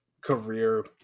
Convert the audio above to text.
career